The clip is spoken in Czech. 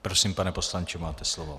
Prosím, pane poslanče, máte slovo.